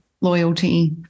loyalty